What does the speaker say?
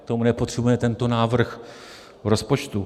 K tomu nepotřebujete tento návrh v rozpočtu.